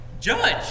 Judge